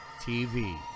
TV